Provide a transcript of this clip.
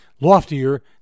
loftier